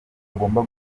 bagomba